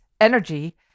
energy